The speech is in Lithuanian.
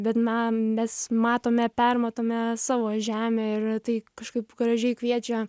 bet na mes matome permatome savo žemę ir tai kažkaip gražiai kviečia